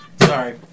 Sorry